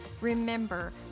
Remember